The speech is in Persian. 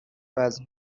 وزن